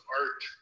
art